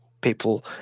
people